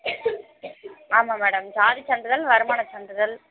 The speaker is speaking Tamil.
ஆமாம் மேடம் ஜாதி சான்றிதழ் வருமான சான்றிதழ்